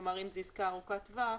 כלומר, אם זו עסקה ארוכת טווח